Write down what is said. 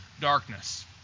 darkness